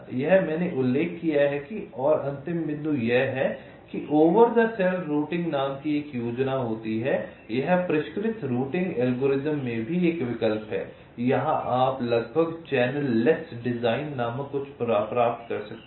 यह मैंने उल्लेख किया है और अंतिम बिंदु यह है कि ओवर द सेल रूटिंग नाम की एक योजना होती है यह परिष्कृत रूटिंग एल्गोरिदम में भी एक विकल्प है यहां आप लगभग चैनल लैस डिज़ाइन नामक कुछ प्राप्त कर सकते हैं